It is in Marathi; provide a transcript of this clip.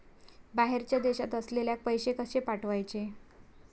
बाहेरच्या देशात असलेल्याक पैसे कसे पाठवचे?